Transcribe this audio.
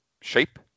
shape